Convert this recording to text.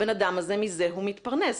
הבנאדם הזה מזה הוא מתפרנס.